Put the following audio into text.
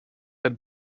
had